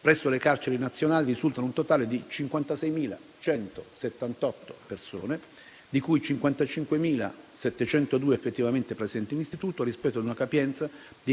presso le carceri nazionali risulta un totale di 56.178 persone, di cui 55.702 effettivamente presenti in istituto, rispetto a una capienza